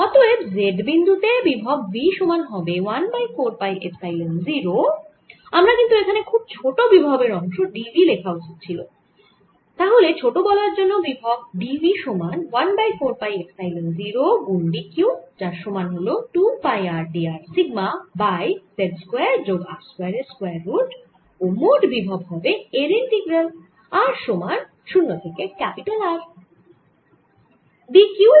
অতএব z বিন্দু তে বিভব v সমান হবে 1 বাই 4 পাই এপসাইলন 0 আমার কিন্তু এখানে খুব ছোট বিভবের অংশ d v লেখা উচিত তাহলে ছোট বলয়ের জন্য বিভব d v সমান 1 বাই 4 পাই এপসাইলন 0 গুন d q যার সমান হল 2 pi r d r sigma by z square যোগ r স্কয়ার এর স্কয়ার রুট ও মোট বিভব হবে এর ইন্টিগ্রাল r সমান 0 থেকে ক্যাপিটাল R